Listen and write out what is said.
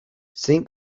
zein